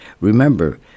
Remember